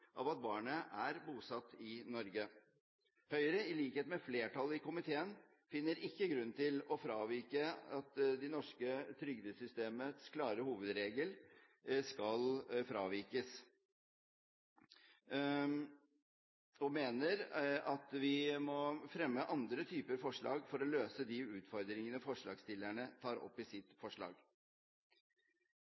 av at barnet er bosatt i Norge. Høyre, i likhet med flertallet i komiteen, finner ikke grunn til at det norske trygdesystemets klare hovedregel skal fravikes, og mener at vi må fremme andre typer forslag for å løse de utfordringene forslagsstillerne tar opp i sitt forslag.